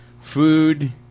food